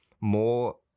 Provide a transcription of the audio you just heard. more